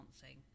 dancing